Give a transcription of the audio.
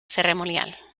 ceremonial